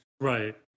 Right